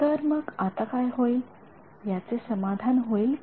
तर मग आता काय होईल याचे समाधान होईल का